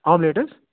omelette حظ